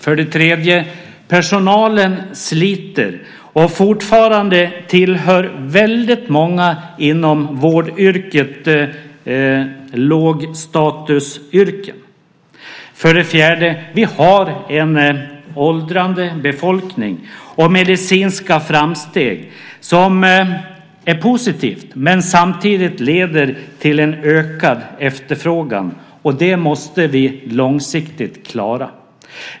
För det tredje sliter personalen, och fortfarande tillhör väldigt många inom vården lågstatusyrken. För det fjärde har vi en åldrande befolkning och medicinska framsteg som är positiva men samtidigt leder till en ökad efterfrågan. Detta måste vi långsiktigt klara.